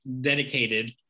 dedicated